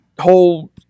whole